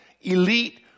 elite